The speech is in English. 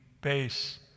base